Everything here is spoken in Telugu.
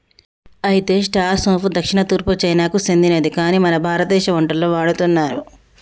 అయితే స్టార్ సోంపు దక్షిణ తూర్పు చైనాకు సెందినది కాని మన భారతదేశ వంటలలో వాడుతున్నారు